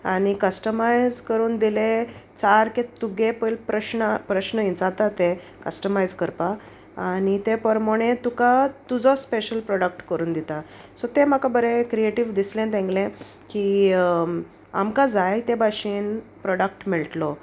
आनी कस्टमायज करून दिले चारके तुगे पयल प्रश्न प्रश्न विचारता ते कस्टमायज करपाक आनी ते परमोणें तुका तुजो स्पेशल प्रोडक्ट करून दिता सो तें म्हाका बरें क्रिएटीव दिसलें तेंगलें की आमकां जाय ते भाशेन प्रोडक्ट मेळटलो